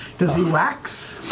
does he wax?